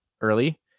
early